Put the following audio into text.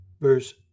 verse